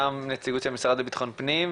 גם נציגות של המשרד לבטחון פנים,